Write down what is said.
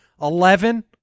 Eleven